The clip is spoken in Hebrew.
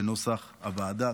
בנוסח הוועדה.